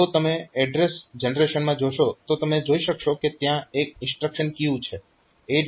પછી જો તમે એડ્રેસ જનરેશનમાં જોશો તો તમે જોઈ શકશો કે ત્યાં એક ઇન્સ્ટ્રક્શન ક્યુ છે